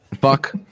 Fuck